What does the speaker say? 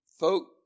Folk